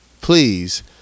please